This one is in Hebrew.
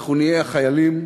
נהיה החיילים,